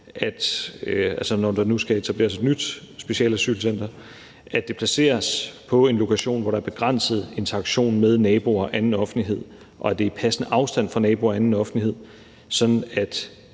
når der nu skal etableres et nyt specialasylcenter, at det placeres på en lokation, hvor der er begrænset interaktion med naboer og anden offentlighed, og at det er i passende afstand fra naboer og anden offentlighed, sådan at